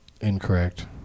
Incorrect